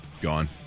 gone